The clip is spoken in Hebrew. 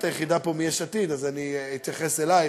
את היחידה פה מיש עתיד אז אני אתייחס אליך.